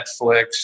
Netflix